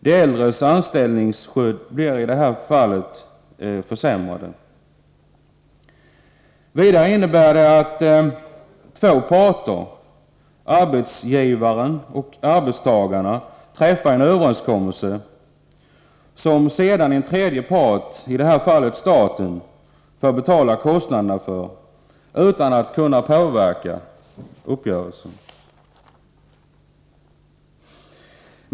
De äldres anställningsskydd blir i de här fallen försämrat. Vidare innebär det att två parter — arbetsgivare och arbetstagare — träffar en överenskommelse, som sedan en tredje part, i det här fallet staten, får betala kostnaderna för utan att kunna påverka uppgörelsen.